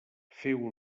féu